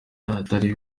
atari